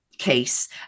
case